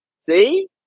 See